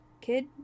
Kid